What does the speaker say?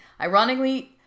ironically